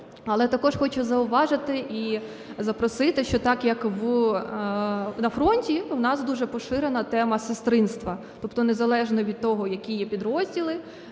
Але також хочу зауважити і запросити, що так, як і на фронті, у нас дуже поширена тема сестринства. Тобто незалежно від того, які є підрозділи,